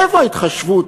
איפה ההתחשבות?